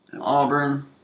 Auburn